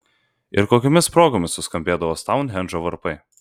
ir kokiomis progomis suskambėdavo stounhendžo varpai